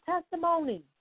testimony